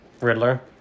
Riddler